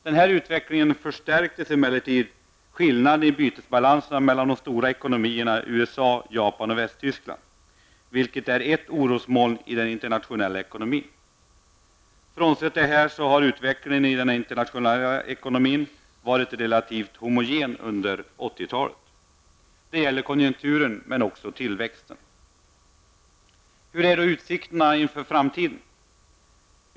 Denna utveckling förstärkte emellertid skillnaderna i bytesbalanserna mellan de stora ekonomierna USA, Japan och Västtyskland, vilket är ett orosmoln i den internationella ekonomin. Frånsett detta har utvecklingen i den internationella ekonomin varit relativt homogen under 80-talet. Det gäller konjunkturerna men också tillväxten. Hur är då utsikterna inför framtiden?